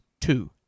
two